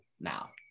now